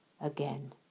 again